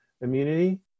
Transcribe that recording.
immunity